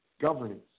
governance